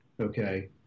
okay